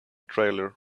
trailer